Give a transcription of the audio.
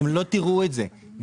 אתם לא תראו את זה בביצוע.